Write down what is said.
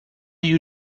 you